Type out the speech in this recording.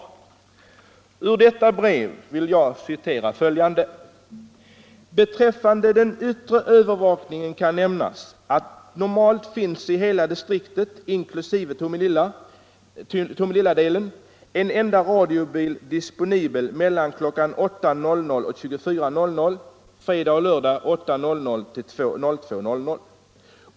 Ur detta brev vill jag citera följande: ”Beträffande den yttre övervakningen kan nämnas att normalt finns i hela distriktet, inklusive Tomelilladelen, en enda radiobil disponibel mellan kl. 08.00-24.00 .